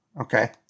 Okay